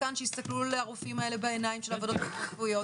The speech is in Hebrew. כאן שיסתכלו לרופאים האלה בעיניים של הוועדות הרפואיות,